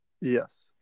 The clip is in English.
yes